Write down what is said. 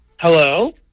Hello